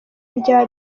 rya